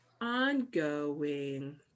Ongoing